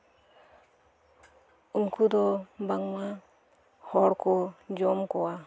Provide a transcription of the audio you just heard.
ᱩᱱᱠᱩ ᱫᱚ ᱵᱟᱝᱢᱟ ᱦᱚᱲ ᱠᱚ ᱡᱚᱢ ᱠᱚᱣᱟ